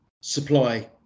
supply